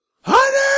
Honey